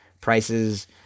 prices